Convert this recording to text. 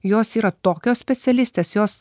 jos yra tokios specialistės jos